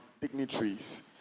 dignitaries